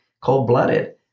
cold-blooded